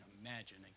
imagine